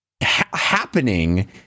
happening